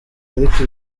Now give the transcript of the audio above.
ariko